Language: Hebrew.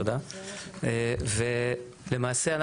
תודה ולמעשה,